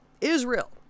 Israel